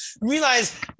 realize